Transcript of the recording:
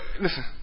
listen